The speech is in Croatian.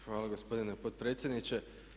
Hvala gospodine potpredsjedniče.